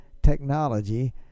technology